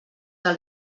del